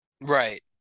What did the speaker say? Right